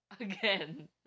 Again